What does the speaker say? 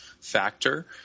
factor